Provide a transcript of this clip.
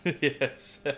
Yes